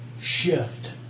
shift